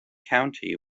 county